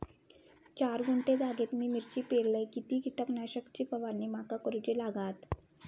चार गुंठे जागेत मी मिरची पेरलय किती कीटक नाशक ची फवारणी माका करूची लागात?